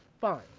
Fine